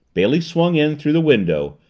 bailey swung in through the window,